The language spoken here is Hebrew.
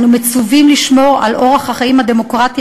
אנו מצווים לשמור על אורח החיים הדמוקרטי,